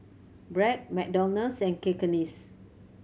Bragg McDonald's and Cakenis